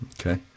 Okay